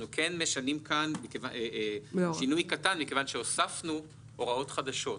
אנחנו משנים כאן שינוי קטן מכיוון שהוספנו הוראות חדשות,